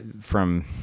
from-